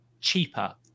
cheaper